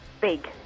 Big